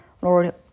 Lord